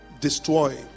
destroy